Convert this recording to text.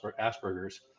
Asperger's